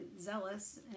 zealous